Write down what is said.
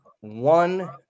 One